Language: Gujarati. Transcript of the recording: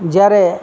જ્યારે